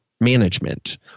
management